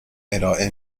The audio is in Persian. ارائه